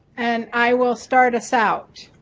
and i will start us out.